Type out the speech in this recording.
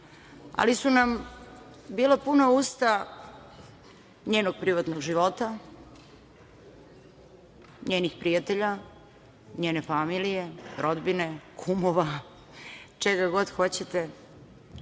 Ali su nam bila puna usta njenog privatnog života, njenih prijatelja, njene familije, rodbine, kumova, čega god hoćete,